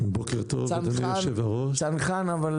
צנחן סביר.